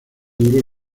duró